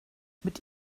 mit